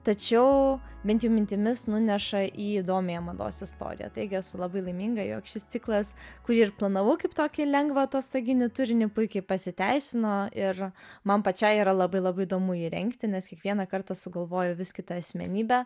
tačiau bent jau mintimis nuneša į įdomiąją mados istoriją taigi esu labai laiminga jog šis ciklas kurį ir planavau kaip tokį lengvą atostoginį turinį puikiai pasiteisino ir man pačiai yra labai labai įdomu jį rengti nes kiekvieną kartą sugalvoju vis kitą asmenybę